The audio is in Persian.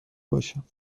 باشم